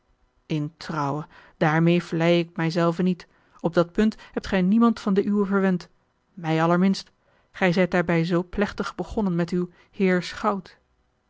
in trouwe daarmeê vleie ik mij zelven niet op dat punt hebt gij niemand van de uwen verwend mij allerminst gij zijt daarbij zoo plechtig begonnen met uw heer schout